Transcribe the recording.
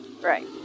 Right